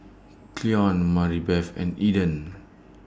Cleon Maribeth and Eden